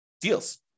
deals